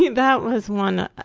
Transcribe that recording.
that was one, ah